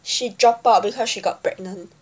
she drop out cause she got pregnant